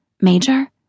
Major